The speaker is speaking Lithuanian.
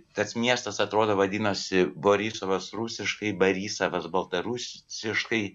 tas miestas atrodo vadinosi borisovas rusiškai barysavas baltarusiškai